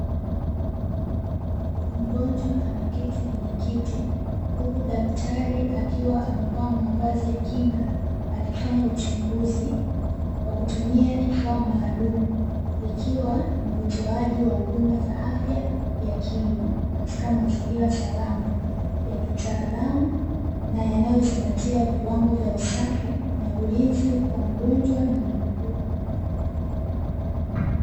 Mgonjwa ameketi kwenye kiti huku daktari akiwa amevaa mavazi ya kinga akifanya uchunguzi kwa kutumia kifaa maalumu, ikiwa ni utoaji wa huduma za afya ya kinywa katika mazingira salama ya kitaalamu na yanayozingatia viwango vya usafi na ulinzi wa mgonjwa na mhudumu.